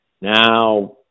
Now